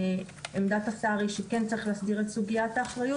עמדת השר היא שכן צריך להסדיר את סוגיית האחריות